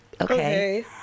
okay